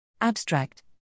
Abstract